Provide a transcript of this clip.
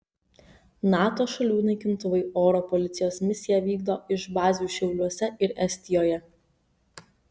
nato šalių naikintuvai oro policijos misiją vykdo iš bazių šiauliuose ir estijoje